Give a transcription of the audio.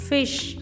Fish